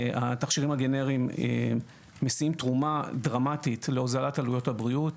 התכשירים הגנריים משיאים תרומה דרמטית להוזלת עלויות הבריאות.